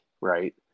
right